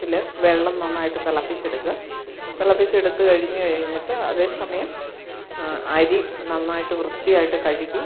ത്തിൽ വെള്ളം നന്നായിട്ടു തിളപ്പിച്ചെടുക്കാൻ തിളപ്പിച്ചെടുത്തു കഴിഞ്ഞു കഴിഞ്ഞിട്ട് അതേ സമയം അരി നന്നായിട്ടു വൃത്തിയായിട്ടു കഴുകി